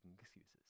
excuses